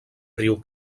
riu